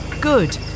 Good